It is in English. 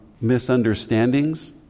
misunderstandings